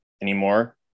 anymore